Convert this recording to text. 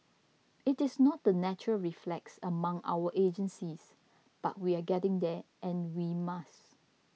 it is not the natural reflex among our agencies but we are getting there and we must